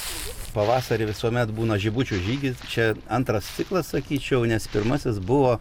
pavasarį visuomet būna žibučių žygis čia antras ciklas sakyčiau nes pirmasis buvo